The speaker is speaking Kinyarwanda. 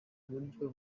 buryo